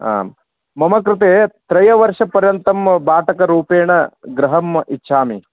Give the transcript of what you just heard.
आं मम कृते त्रयवर्षपर्यन्तं भाटकरूपेण गृहम् इच्छामि